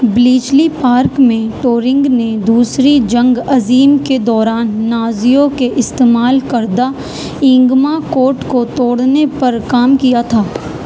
Bletchley Park میں Turing نے دوسری جنگ عظیم کے دوران نازیو کے استعمال کردہ اینگما کوڈ کو توڑنے پر کام کیا تھا